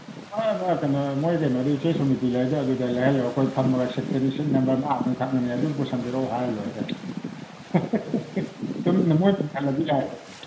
ꯀꯩꯅꯣ ꯃꯣꯏ ꯀꯩꯅꯣꯗꯤ ꯏꯆꯦ ꯁꯨꯃꯇꯤ ꯂꯩꯕꯗꯣ ꯑꯗꯨꯗ ꯂꯩꯍꯜꯂꯒ ꯑꯩꯈꯣꯏ ꯐꯝꯃꯒ ꯁꯤꯠ ꯅꯝꯕꯔ ꯃꯥ ꯑꯗꯨꯝ ꯈꯪꯉꯅꯤ ꯑꯗꯨ ꯄꯨꯁꯤꯟꯕꯤꯔꯛꯎ ꯍꯥꯏ ꯂꯣꯏꯔꯦ ꯀꯩꯅꯣꯅꯦ ꯃꯣꯏ ꯄꯨꯁꯤꯜꯂꯗꯤ ꯌꯥꯏꯌꯦꯕ